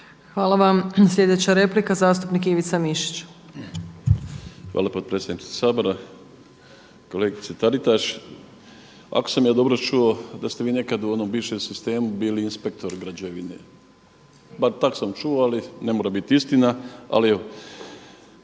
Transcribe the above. Ivica (Promijenimo Hrvatsku)** Hvala potpredsjednice Sabora. Kolegice Taritaš, ako sam ja dobro čuo da ste vi nekada u onom bivšem sistemu bili inspektor građevine, bar tako sam čuo, ali ne mora biti istina.